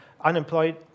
unemployed